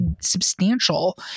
substantial